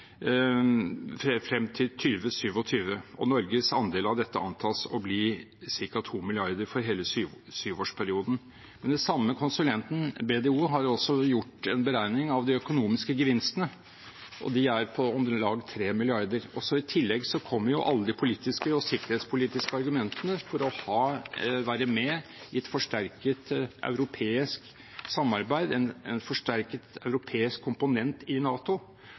Norges andel av dette antas å bli ca. 2 mrd. kr for hele syvårsperioden. Det samme konsulentselskapet, BDO, har også gjort en beregning av de økonomiske gevinstene. De er på om lag 3 mrd. kr. I tillegg kommer alle de politiske og sikkerhetspolitiske argumentene for å være med i et forsterket europeisk samarbeid, en forsterket europeisk komponent i NATO,